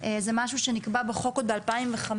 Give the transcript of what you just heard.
זה משהו שנקבע בחוק עוד ב-2005.